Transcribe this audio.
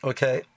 Okay